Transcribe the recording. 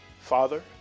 Father